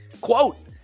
Quote